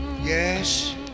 Yes